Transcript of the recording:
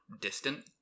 distant